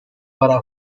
para